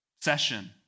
session